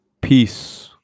Peace